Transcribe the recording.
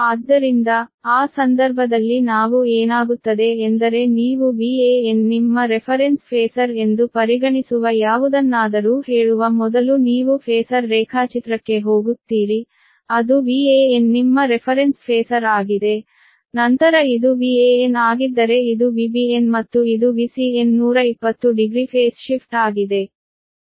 ಆದ್ದರಿಂದ ಆ ಸಂದರ್ಭದಲ್ಲಿ ನಾವು ಏನಾಗುತ್ತದೆ ಎಂದರೆ ನೀವು Van ನಿಮ್ಮ ರೆಫರೆನ್ಸ್ ಫೇಸರ್ ಎಂದು ಪರಿಗಣಿಸುವ ಯಾವುದನ್ನಾದರೂ ಹೇಳುವ ಮೊದಲು ನೀವು ಫೇಸರ್ ರೇಖಾಚಿತ್ರಕ್ಕೆ ಹೋಗುತ್ತೀರಿ ಅದು Van ನಿಮ್ಮ ರೆಫರೆನ್ಸ್ ಫೇಸರ್ ಆಗಿದೆ ನಂತರ ಇದು Van ಆಗಿದ್ದರೆ ಇದು V B N ಮತ್ತು ಇದು V C N 1200 phase shift ಆಗಿದೆ